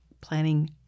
planning